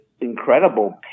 incredible